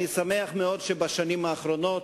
אני שמח מאוד שבשנים האחרונות,